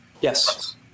Yes